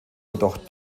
jedoch